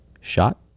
shot